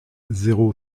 zéro